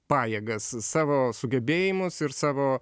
pajėgas savo sugebėjimus ir savo